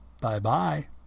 Bye-bye